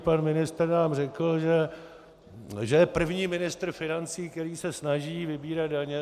Pan ministr nám řekl, že je první ministr financí, který se snaží vybírat daně.